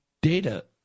data